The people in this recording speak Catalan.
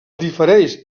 difereix